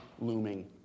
looming